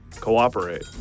Cooperate